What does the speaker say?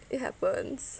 it happens